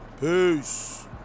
Peace